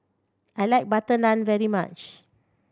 I like butter naan very much